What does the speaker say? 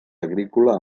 agrícola